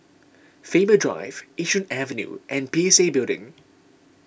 Faber Drive Yishun Avenue and P C Building